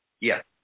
yes